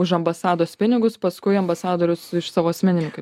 už ambasados pinigus paskui ambasadorius iš savo asmeninių kaip